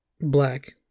Black